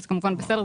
כי כמובן בסדר,